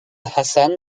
hasan